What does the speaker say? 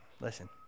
Listen